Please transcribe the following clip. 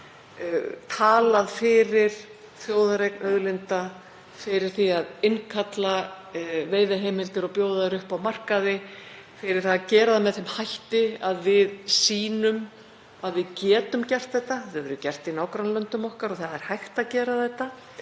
talað fyrir þjóðareign auðlinda, fyrir því að innkalla veiðiheimildir og bjóða þær upp á markaði, fyrir að gera það með þeim hætti að við sýnum að við getum gert þetta. Þetta hefur verið gert í nágrannalöndum okkar og það er hægt að gera þetta.